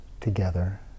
together